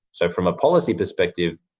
so, from a policy perspective,